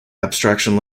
abstraction